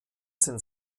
sind